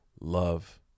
love